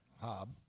Hob